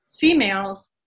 females